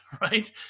right